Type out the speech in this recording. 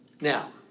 Now